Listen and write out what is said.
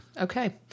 okay